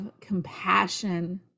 compassion